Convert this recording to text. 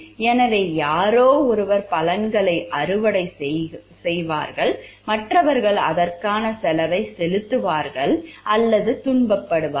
எனவே யாரோ ஒருவர் பலன்களை அறுவடை செய்வார்கள் மற்றவர்கள் அதற்கான செலவை செலுத்துவார்கள் அல்லது துன்பப்படுவார்கள்